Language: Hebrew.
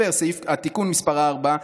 (תיקון מס' 4),